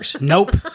nope